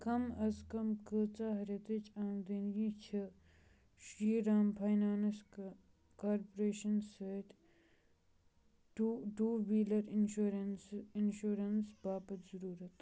کم آز کم کۭژاہ رٮ۪تٕچ آمدنی چھِ شِری رام فاینانٕس کا کارپوریشن سۭتۍ two two wheeler insurance insurance باپتھ ضٔروٗرت